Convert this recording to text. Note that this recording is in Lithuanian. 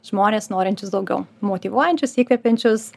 žmones norinčius daugiau motyvuojančius įkvepiančius